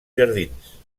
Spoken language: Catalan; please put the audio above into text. jardins